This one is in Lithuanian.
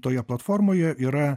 toje platformoje yra